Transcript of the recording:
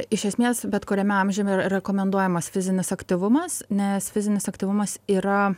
iš esmės bet kuriame amžiuje ir rekomenduojamas fizinis aktyvumas nes fizinis aktyvumas yra